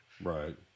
right